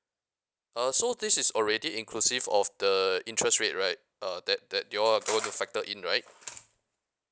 uh so this is already inclusive of the interest rate right uh that that you all are going to factor in right